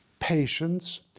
patience